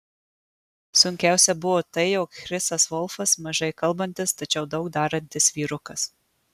sunkiausia buvo tai jog chrisas volfas mažai kalbantis tačiau daug darantis vyrukas